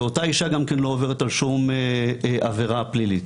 ואותה אישה גם כן לא עוברת על שום עבירה פלילית